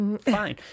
Fine